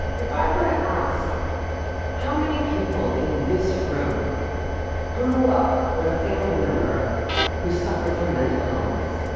if i were to ask how many people in this room grew up with a family member who suffered from mental illness,